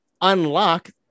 unlock